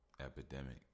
epidemic